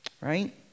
Right